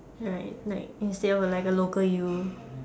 right like instead of like a local U